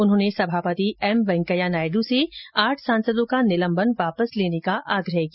उन्होंने सभापति एम वेंकैया नायड् से आठ सांसदों का निलंबन वापस लेने का आग्रह किया